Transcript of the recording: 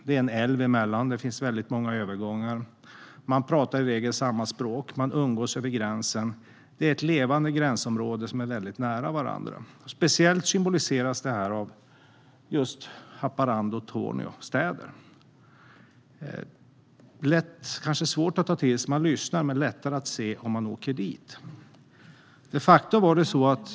Där finns en älv, och det finns väldigt många övergångar. Man talar i regel samma språk. Man umgås över gränsen. Det är ett levande gränsområde mellan länder som står väldigt nära varandra. Särskilt väl symboliseras detta av Haparanda och Torneå städer. Det kan vara svårt att ta till sig när man lyssnar, men det är lätt att se när man åker dit.